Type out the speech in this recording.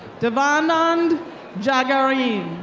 devanand jagnarine.